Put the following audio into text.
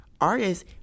artists